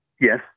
Yes